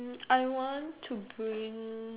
um I want to bring